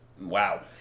Wow